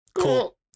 Cool